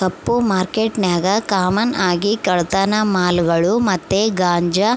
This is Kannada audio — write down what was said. ಕಪ್ಪು ಮಾರ್ಕೆಟ್ನಾಗ ಕಾಮನ್ ಆಗಿ ಕಳ್ಳತನ ಮಾಲುಗುಳು ಮತ್ತೆ ಗಾಂಜಾ